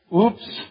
oops